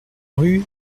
rue